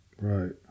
Right